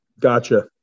Gotcha